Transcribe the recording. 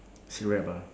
she rap ah